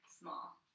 small